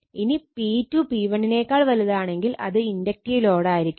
ഇനി P2 P1 ആണെങ്കിൽ അത് ഇൻഡക്റ്റീവ് ലോഡ് ആയിരിക്കും